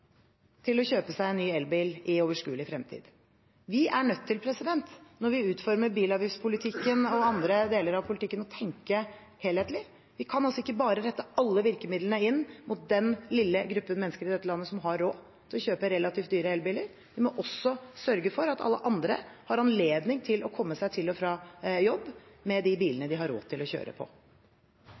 til å kjøpe seg ny elbil i overskuelig fremtid. Når vi utformer bilavgiftspolitikken og andre deler av politikken, er vi nødt til å tenke helhetlig. Vi kan ikke bare rette alle virkemidlene inn mot den lille gruppen mennesker i dette landet som har råd til å kjøpe relativt dyre elbiler, vi må også sørge for at alle andre har anledning til å komme seg til og fra jobb med de bilene de har råd til å kjøre.